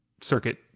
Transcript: circuit